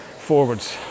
forwards